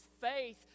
faith